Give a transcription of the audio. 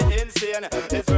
insane